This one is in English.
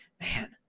man